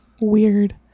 Weird